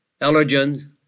allergens